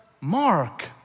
Mark